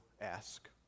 ask